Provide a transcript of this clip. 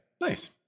Nice